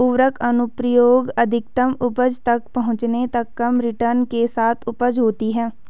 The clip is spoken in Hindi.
उर्वरक अनुप्रयोग अधिकतम उपज तक पहुंचने तक कम रिटर्न के साथ उपज होती है